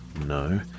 No